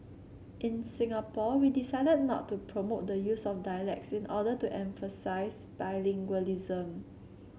in Singapore we decided not to promote the use of dialects in order to emphasise bilingualism